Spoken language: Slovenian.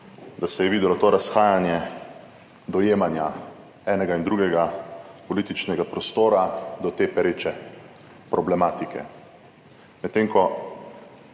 da se je videlo to razhajanje dojemanja enega in drugega političnega prostora do te pereče problematike, medtem ko